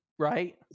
Right